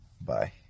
Bye